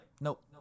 nope